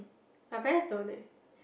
my parents don't eh